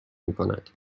میکند